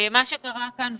מה שקרה כאן,